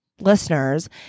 listeners